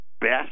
best